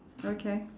okay